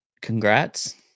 congrats